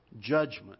judgment